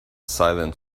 silent